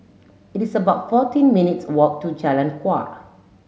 it is about fourteen minutes walk to Jalan Kuak